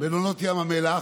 ומלונות ים המלח,